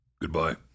goodbye